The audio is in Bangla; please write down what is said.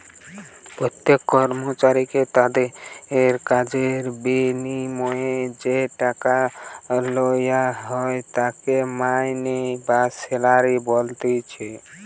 প্রত্যেক কর্মচারীকে তাদির কাজের বিনিময়ে যেই টাকা লেওয়া হয় তাকে মাইনে বা স্যালারি বলতিছে